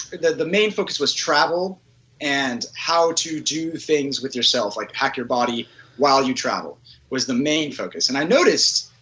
the the main focus was travel and how to do things with yourself. like hack your body while you travel was the main focus. and i noticed,